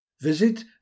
Visit